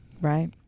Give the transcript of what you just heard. Right